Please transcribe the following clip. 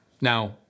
now